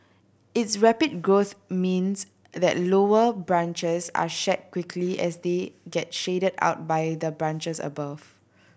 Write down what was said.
its rapid growth means that lower branches are shed quickly as they get shaded out by the branches above